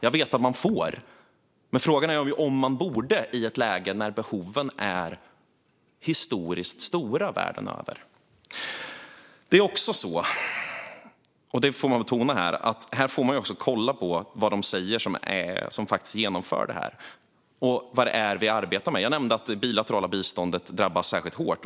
Jag vet att man får, men frågan är om man bör i ett läge då behoven är historiskt stora världen över. Låt mig betona att vi måste lyssna till dem som arbetar med detta, och det bilaterala biståndet drabbas särskilt hårt.